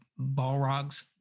Balrogs